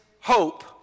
hope